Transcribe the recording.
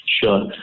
Sure